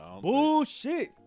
Bullshit